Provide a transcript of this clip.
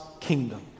kingdom